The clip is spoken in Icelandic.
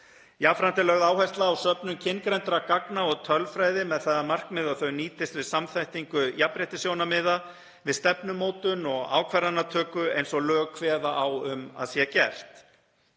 er lögð áhersla á söfnun kyngreindra gagna og tölfræði með það að markmiði að þau nýtist við samþættingu jafnréttissjónarmiða við stefnumótun og ákvarðanatöku eins og lög kveða á um að sé gert.